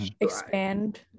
Expand